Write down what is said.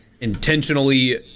Intentionally